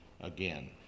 again